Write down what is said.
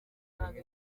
kandi